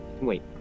wait